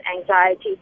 anxiety